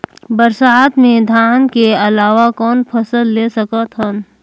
बरसात मे धान के अलावा कौन फसल ले सकत हन?